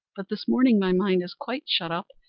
but this morning my mind is quite shut up,